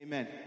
Amen